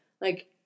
Like-